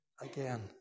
again